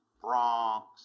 Bronx